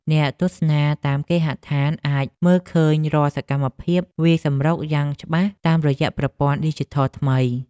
អ្នកទស្សនាតាមគេហដ្ឋានអាចមើលឃើញរាល់សកម្មភាពវាយសម្រុកយ៉ាងច្បាស់តាមរយៈប្រព័ន្ធឌីជីថលថ្មី។